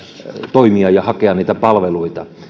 toimia ja hakea niitä palveluita